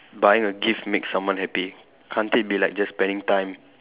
buying a gift makes someone happy can't it be like just spending time